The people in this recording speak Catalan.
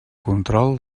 control